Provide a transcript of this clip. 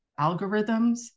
algorithms